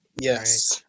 Yes